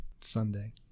sunday